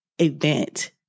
event